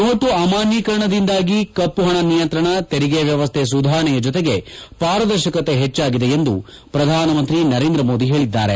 note ಅಮಾನ್ಗೀಕರಣದಿಂದಾಗಿ ಕಮ್ಪಣ ನಿಯಂತ್ರಣ ತೆರಿಗೆ ವ್ಲವಸ್ಥೆ ಸುಧಾರಣೆಯ ಜೊತೆಗೆ ಪಾರದರ್ಶಕತೆ ಹೆಚ್ಚಾಗಿದೆ ಎಂದು ಪ್ರಧಾನಮಂತ್ರಿ ನರೇಂದ್ರಮೋದಿ ಹೇಳಿದ್ದಾರೆ